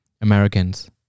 Americans